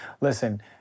Listen